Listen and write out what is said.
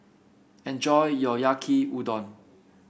enjoy your Yaki Udon